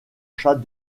chat